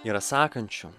yra sakančių